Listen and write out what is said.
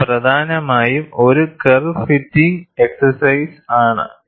ഇത് പ്രധാനമായും ഒരു കർവ് ഫിറ്റിംഗ് എക്സ്സെർസൈസ് ആണ്